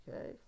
okay